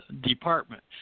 department